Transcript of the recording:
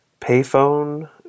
payphone